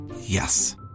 Yes